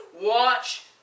Watch